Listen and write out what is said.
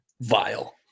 vile